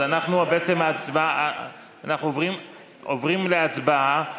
אנחנו עוברים להצבעה על